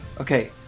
Okay